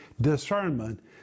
discernment